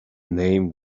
name